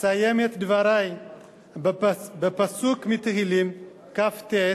אסיים את דברי בפסוק מתהילים כ"ט: